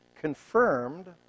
confirmed